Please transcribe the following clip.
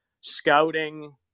scouting